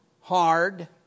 hard